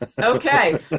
Okay